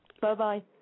Bye-bye